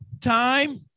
time